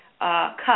cut